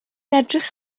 edrych